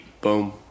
Boom